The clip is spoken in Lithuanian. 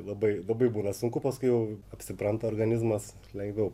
labai labai būna sunku paskui jau apsipranta organizmas lengviau